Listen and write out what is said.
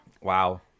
Wow